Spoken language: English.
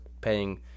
paying